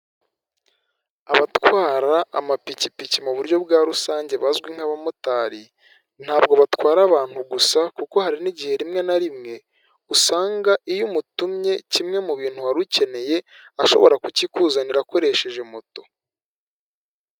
Abatwara amapikipiki mu buryo bwa rusange bazwi nk'abamotari ntabwo batwara abantu gusa kuko hari nigihe rimwe na rimwe usanga iyo umutumye kimwe mu bintu wari ukeneye ashobora kukikuzanira akoresheje moto.